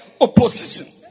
opposition